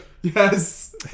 yes